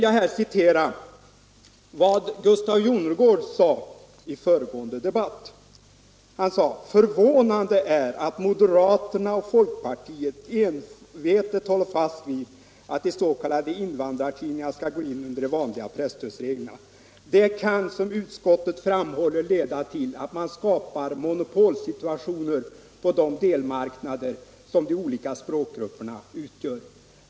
Låt mig citera vad herr Jonnergård sade i förra årets debatt: ”Förvånande i sammanhanget är emellertid att moderaterna och folkpartiet envetet hållit fast vid att de s.k. invandrartidningarna skall gå in under de vanliga presstödsreglerna. Det kan, som utskottet framhåller, leda till att man skapar monopolsituationer på de delmarknader som de olika språkgrupperna utgör.